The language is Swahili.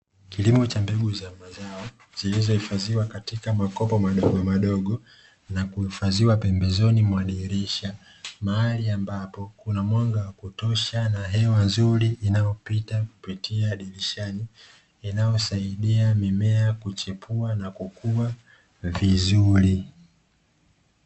Kilimo cha mbegu cha mbegu za maza, zilizohifadhiwa katika makopo madogo madogo na kuhifadhiwa pembezoni mwa dirisha mahali, ambapo kuna mwanga wa kutosha na hewa nzuri inayopita kupitia dirishani inayosaidia mimea kuchepua na kukua vizuri.